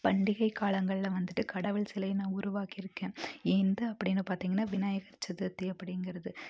பண்டிகை காலங்களில் வந்துட்டு கடவுள் சிலையை நன் உருவாக்கிருக்கேன் என்னது அப்படின்னு பார்த்திங்கனா விநாயகர் சதுர்த்தி அப்படிங்கறது